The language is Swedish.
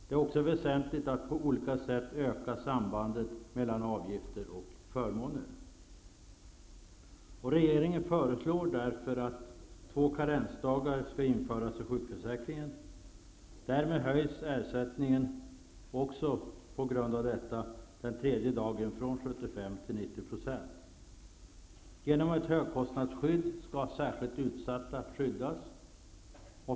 Det är också väsentligt att på olika sätt öka sambandet mellan avgifter och förmåner. Regeringen föreslår därför att två karensdagar skall införas i sjukförsäkringen. Därmed höjs ersättningen den tredje dagen från 75 % till 90 %. Genom ett högkostnadsskydd skall särskilt utsatta skyddas.